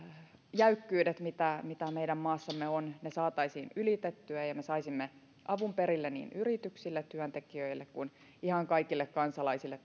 jäykkyydet mitä mitä meidän maassamme on saataisiin ylitettyä ja ja me saisimme avun perille niin yrityksille työntekijöille kuin ihan kaikille kansalaisille